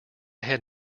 had